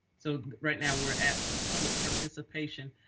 so right now we're at public participation.